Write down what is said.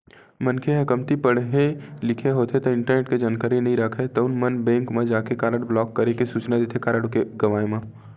मनखे ह कमती पड़हे लिखे होथे ता इंटरनेट के जानकारी नइ राखय तउन मन बेंक म जाके कारड ब्लॉक करे के सूचना देथे कारड के गवाय म